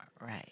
right